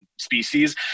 species